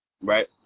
Right